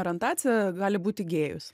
orientacija gali būti gėjus